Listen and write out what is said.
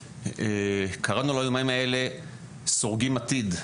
קראנו ליומיים האלה "סורגים עתיד",